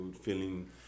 feeling